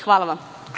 Hvala vam.